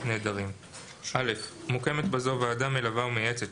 נעדרים מוקמת בזאת ועדה מלווה ומייעצת